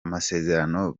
amasezerano